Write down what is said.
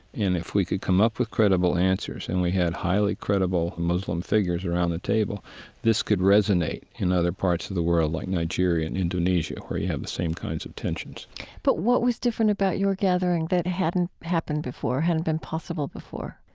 if we could come up with credible answers and we had highly credible muslim figures around the table this could resonate in other parts of the world, like nigeria and indonesia, where you have the same kinds of tensions but what was different about your gathering that hadn't happened before, hadn't been possible before?